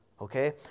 Okay